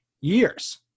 years